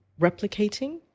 replicating